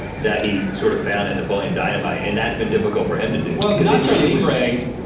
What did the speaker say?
that he sort of found in napoleon dynamite, and that's been difficult for him to do. well nacho